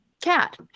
cat